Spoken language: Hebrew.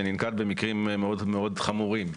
שננקט במקרים מאוד מאוד חמורים.